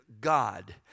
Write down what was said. God